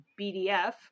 BDF